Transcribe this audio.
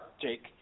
Jake